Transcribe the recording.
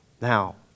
Now